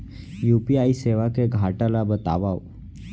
UPI सेवा के घाटा ल बतावव?